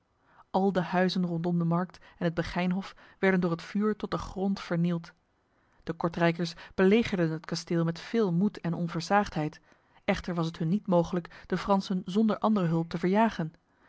al de huizen rondom de markt en het begijnhof werden door het vuur tot de grond vernield de kortrijkers belegerden het kasteel met veel moed en onversaagdheid echter was het hun niet mogelijk de fransen zonder andere hulp te verjagen